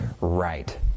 right